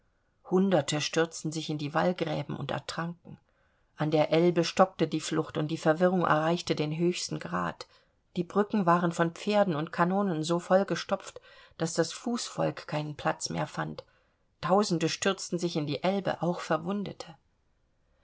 hunderte stürzten sich in die wallgräben und ertranken an der elbe stockte die flucht und die verwirrung erreichte den höchsten grad die brücken waren von pferden und kanonen so vollgestopft daß das fußvolk keinen platz mehr fand tausende stürzten sich in die elbe auch verwundete